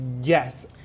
Yes